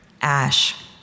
Ash